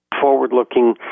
forward-looking